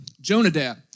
Jonadab